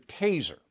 taser